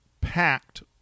packed